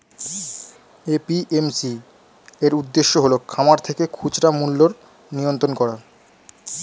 APMC এর উদ্দেশ্য হল খামার থেকে খুচরা মূল্যের নিয়ন্ত্রণ করা